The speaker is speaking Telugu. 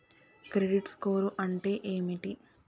క్రెడిట్ స్కోర్ అంటే ఏమిటి?